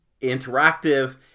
interactive